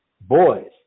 boys